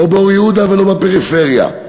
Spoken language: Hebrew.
לא באור-יהודה ולא בפריפריה.